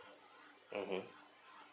mmhmm